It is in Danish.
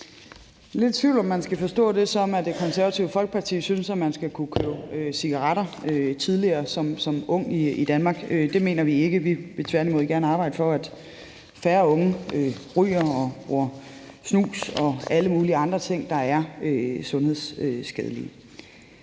forstå det, som at Det Konservative Folkeparti synes, at man skal kunne købe cigaretter tidligere som ung i Danmark. Det mener vi ikke. Vi vil tværtimod gerne arbejde for, at færre unge ryger og bruger snus og alle mulige andre ting, der er sundhedsskadelige.